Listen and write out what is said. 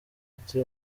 ati